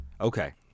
Okay